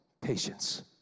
patience